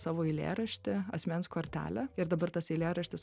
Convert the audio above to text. savo eilėraštį asmens kortelę ir dabar tas eilėraštis